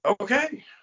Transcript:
okay